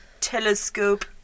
telescope